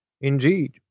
Indeed